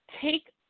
take